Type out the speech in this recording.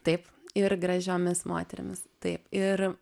taip ir gražiomis moterimis taip ir